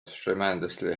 tremendously